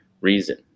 reason